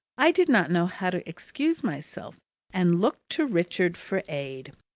i did not know how to excuse myself and looked to richard for aid.